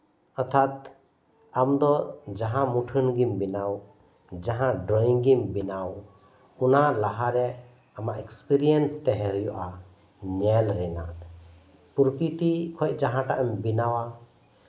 ᱚᱨᱛᱷᱟᱛ ᱟᱢ ᱫᱚ ᱡᱟᱦᱟᱸ ᱢᱩᱴᱷᱟᱹᱱ ᱜᱮᱢ ᱵᱮᱱᱟᱣ ᱡᱟᱦᱟᱸ ᱰᱨᱚᱭᱤᱝ ᱜᱮᱢ ᱵᱮᱱᱟᱣ ᱚᱱᱟ ᱞᱟᱦᱟ ᱨᱮ ᱟᱢᱟᱜ ᱮᱠᱥᱯᱨᱤᱭᱮᱱᱥ ᱛᱮᱦᱮᱸ ᱦᱩᱭᱩᱜᱼᱟ ᱧᱮᱞ ᱨᱮᱭᱟᱜ ᱯᱨᱚᱠᱨᱤᱛᱤ ᱠᱷᱚᱱ ᱡᱟᱦᱟᱸᱴᱟᱜ ᱮᱢ ᱵᱮᱱᱟᱣᱟ